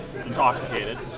intoxicated